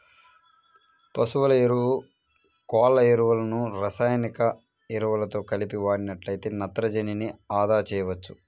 పశువుల ఎరువు, కోళ్ళ ఎరువులను రసాయనిక ఎరువులతో కలిపి వాడినట్లయితే నత్రజనిని అదా చేయవచ్చు